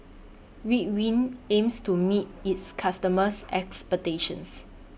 Ridwind aims to meet its customers' expectations